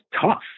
tough